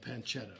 pancetta